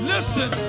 Listen